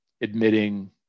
admitting